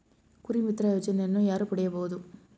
ಕುರಿಮಿತ್ರ ಯೋಜನೆಯನ್ನು ಯಾರು ಪಡೆಯಬಹುದು?